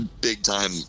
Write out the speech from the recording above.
big-time